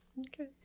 Okay